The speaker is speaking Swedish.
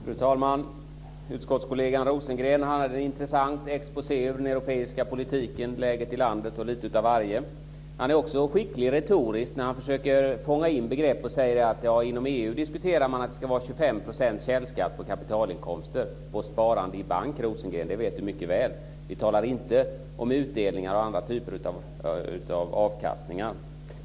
Fru talman! Utskottskollegan Rosengren gjorde en intressant exposé över den europeiska politiken, läget i landet och lite av varje. Han är också skicklig retoriskt när han försöker fånga in begrepp och säger att inom EU diskuterar man att det ska vara 25 % källskatt på kapitalinkomster. På sparande i bank, Rosengren, det vet Per Rosengren mycket väl. Vi talar inte om utdelningar och andra typer av avkastningar.